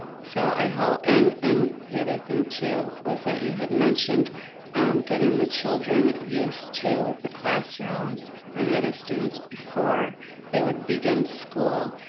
so i hope, and and the other thing too was that you had mentioned getting the children used to the classrooms and the other students before they would begin school.